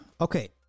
Okay